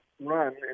run